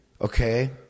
Okay